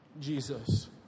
Jesus